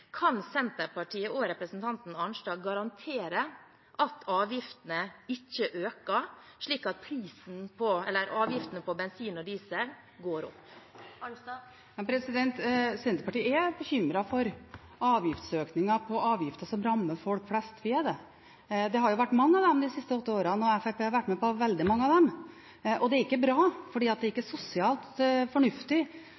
Kan Senterpartiet og representanten Arnstad garantere at avgiftene ikke øker, slik at avgiftene på bensin og diesel går opp? Senterpartiet er bekymret for økninger i avgifter som rammer folk flest – vi er det. Det har vært mange av dem de siste åtte årene, og Fremskrittspartiet har vært med på veldig mange av dem. Det er ikke bra, for det er ikke